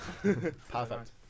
Perfect